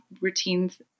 routines